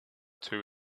two